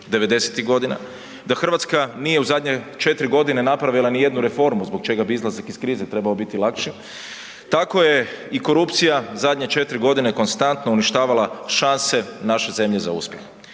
godina, da Hrvatska nije u zadnje četiri godine napravila nijednu reformu zbog čega bi izlazak iz krize trebao biti lakši, tako je i korupcija zadnje četiri godine konstantno uništavala šanse naše zemlje za uspjeh.